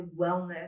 wellness